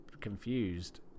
confused